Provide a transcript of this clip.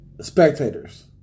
spectators